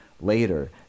later